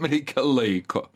reikia laiko